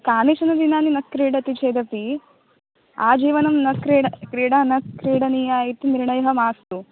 कानिचनदिनानि न क्रीडति चेदपि आजीवनं न क्रीडा क्रीडा न क्रीडनीया इति निर्णयः मास्तु